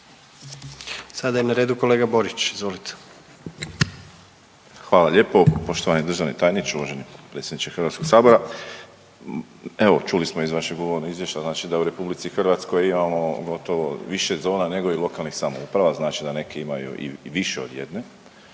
Sada je na redu kolega Borić, izvolite. **Borić, Josip (HDZ)** Hvala lijepo poštovani državni tajniče, uvaženi predsjedniče HS-a. Evo, čuli smo uz vašeg uvodnog izvješća, znači da u RH imamo gotovo više zona nego i lokalnih samouprava, znači da neke imaju i više od jedne.